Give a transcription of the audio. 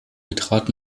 betrat